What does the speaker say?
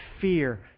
fear